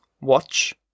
watch